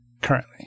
Currently –